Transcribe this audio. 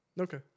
Okay